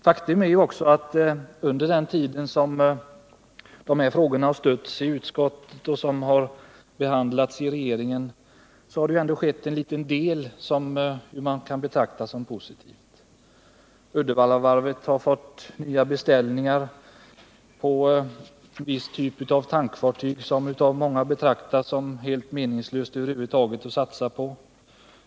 Faktum är också att under den tid som dessa frågor har behandlats i utskottet och i regeringen har ändå skett litet grand som man kan betrakta som positivt. Uddevallavarvet har fått nya beställningar på en viss typ av tankfartyg, som av många betraktas som helt värdelös att över huvud taget satsa på.